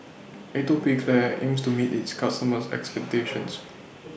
Atopiclair aims to meet its customers' expectations